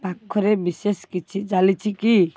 ପାଖରେ ବିଶେଷ କିଛି ଚାଲିଛି କି